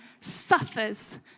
suffers